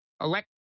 elect